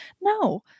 No